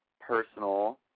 personal